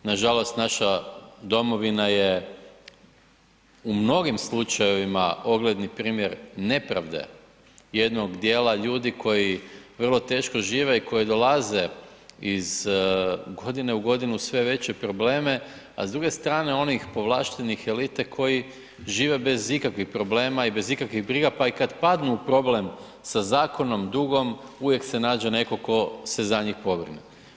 Nažalost, naša domovina je u mnogim slučajevima ogledni primjer nepravde jednog dijela ljudi koji vrlo teško žive i koji dolaze iz godine u godinu u sve probleme, a s druge strane onih povlaštenih elite koji žive bez ikakvih problema i bez ikakvih briga, pa i kad padnu u problem sa zakonom, dugom, uvijek se nađe netko tko se za njih pobrine.